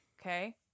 Okay